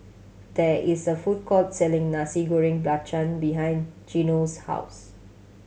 there is a food court selling Nasi Goreng Belacan behind Geno's house